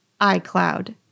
iCloud